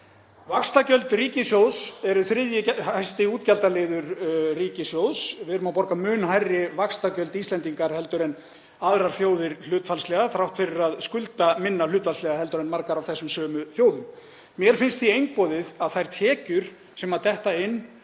Vaxtagjöld ríkissjóðs eru þriðji stærsti útgjaldaliður ríkissjóðs. Við Íslendingar erum að borga mun hærri vaxtagjöld heldur en aðrar þjóðir hlutfallslega þrátt fyrir að skulda minna hlutfallslega en margar af þessum sömu þjóðum. Mér finnst því einboðið að þær tekjur sem detta inn